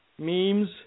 memes